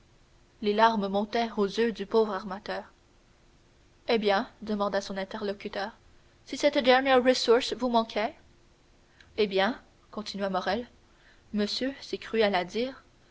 les larmes montèrent aux yeux du pauvre armateur eh bien demanda son interlocuteur si cette dernière ressource vous manquait eh bien continua morrel monsieur c'est cruel à